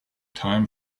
time